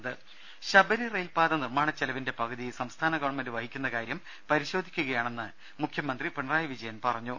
രുര ശബരി റെയിൽപാത നിർമ്മാണ ചെലവിന്റെ പകുതി സംസ്ഥാന ഗവൺമെന്റ് വഹിക്കുന്ന കാര്യം പരിശോധിക്കുകയാണെന്ന് മുഖ്യമന്ത്രി പിണറായി വിജയൻ പറഞ്ഞു